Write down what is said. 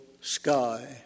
sky